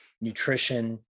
nutrition